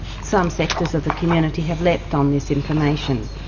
some sectors of the community have leapt on this information,